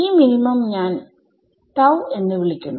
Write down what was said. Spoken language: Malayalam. ഈ മിനിമം നെ ഞാൻ തൌ എന്ന് വിളിക്കുന്നു